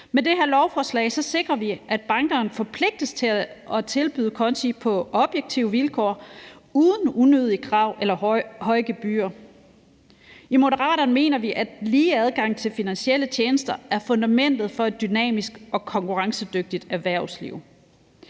Med det her lovforslag sikrer vi, at bankerne forpligtes til at tilbyde konti på objektive vilkår uden unødige krav eller høje gebyrer. I Moderaterne mener vi, at lige adgang til finansielle tjenester er fundamentet for et dynamisk og konkurrencedygtigt erhvervsliv.